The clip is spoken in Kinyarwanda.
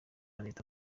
leta